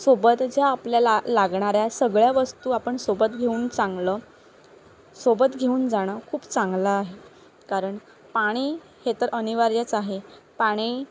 सोबत ज्या आपल्याला लागणाऱ्या सगळ्या वस्तू आपण सोबत घेऊन चांगलं सोबत घेऊन जाणं खूप चांगलं आहे कारण पाणी हे तर अनिवार्यच आहे पाणी